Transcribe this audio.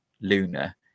Luna